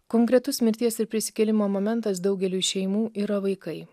konkretus mirties ir prisikėlimo momentas daugeliui šeimų yra vaikai